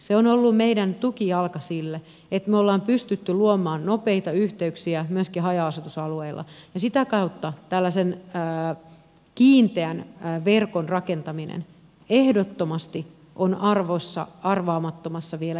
se on ollut meidän tukijalkamme siinä että me olemme pystyneet luomaan nopeita yhteyksiä myöskin haja asutusalueilla ja sitä kautta tällaisen kiinteän verkon rakentaminen ehdottomasti on arvossa arvaamattomassa vielä jatkossakin